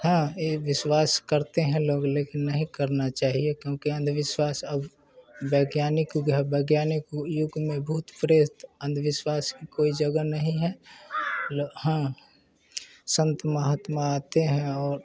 हाँ ये विश्वास करते हैं लोग लेकिन नहीं करना चाहिए क्योंकि अंधविश्वास अब वैज्ञानिक युग है वैज्ञानिक युग में भूत प्रेत अंधविश्वास की कोई जगह नहीं है हाँ संत महात्मा आते हैं और